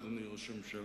אדוני ראש הממשלה.